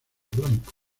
blanco